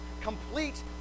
complete